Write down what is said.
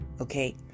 Okay